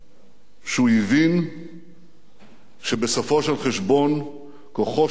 שהוא הבין שבסופו של חשבון, כוחו של צה"ל,